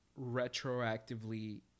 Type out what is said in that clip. retroactively